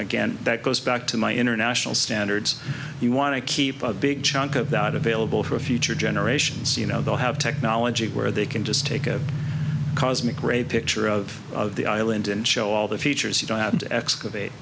again that goes back to my international standards you want to keep up a big chunk of that available for future generations you know they'll have technology where they can just take a cosmic great picture of the island and show all the features you don't have to excavate